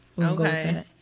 Okay